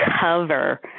cover